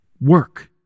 work